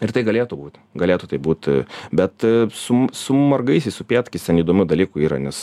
ir tai galėtų būt galėtų taip būt bet su su margaisiais upėtakiais ten įdomių dalykų yra nes